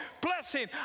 blessing